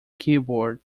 keyboard